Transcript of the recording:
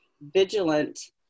vigilant